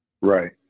Right